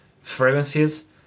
fragrances